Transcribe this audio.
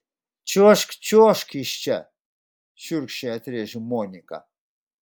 čiuožk čiuožk iš čia šiurkščiai atrėžė monika